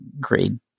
grade